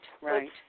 right